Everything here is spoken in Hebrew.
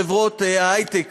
עם חברות ההיי-טק,